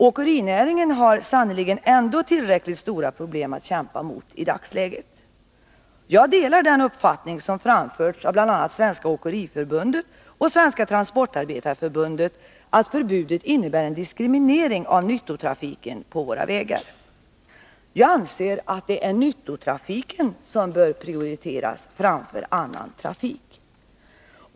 Åkerinäringen har sannerligen ändå tillräckligt stora problem att kämpa med i dagsläget. Jag delar den uppfattning som framförts av bl.a. Svenska åkeriförbundet och Svenska transportarbetareförbundet, att förbudet innebär en diskriminering av nyttotrafiken på våra vägar. Jag anser att det är nyttotrafiken som bör prioriteras framför annan trafik.